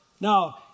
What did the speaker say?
Now